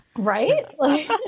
right